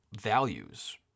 values